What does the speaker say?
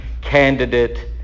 candidate